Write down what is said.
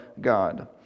God